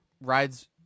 Rides